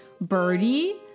Birdie